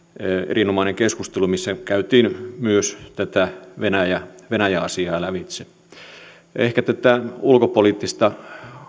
erinomainen keskustelu missä käytiin myös tätä venäjä venäjä asiaa lävitse ehkä tässä ulkopoliittisessa